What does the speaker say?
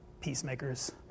peacemakers